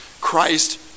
Christ